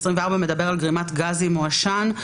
הוא מדבר על גרימת גזים או עשן,